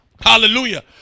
Hallelujah